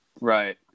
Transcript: right